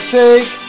take